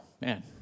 man